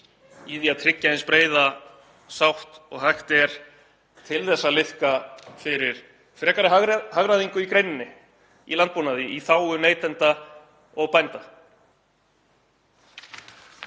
í því að tryggja eins breiða sátt og hægt er til að liðka fyrir frekari hagræðingu í greininni, í landbúnaði, í þágu neytenda og bænda.